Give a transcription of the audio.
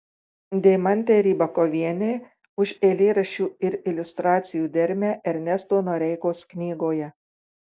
deimantei rybakovienei už eilėraščių ir iliustracijų dermę ernesto noreikos knygoje